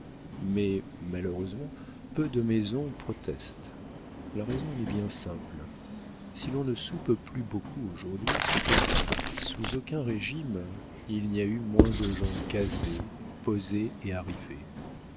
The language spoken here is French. mais malheureusement peu de maisons protestent la raison en est bien simple si l'on ne soupe plus beaucoup aujourd'hui c'est que sous aucun régime il n'y a eu moins de gens casés posés et